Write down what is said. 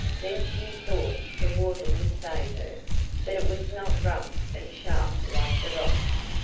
then she thought the water would save her that it was not rough and sharp like the rocks!